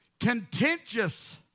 Contentious